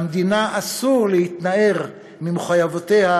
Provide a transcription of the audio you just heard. למדינה אסור להתנער ממחויבויותיה